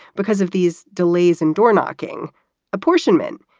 because of these delays and doorknocking apportionment,